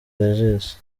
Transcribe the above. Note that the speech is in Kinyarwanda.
regis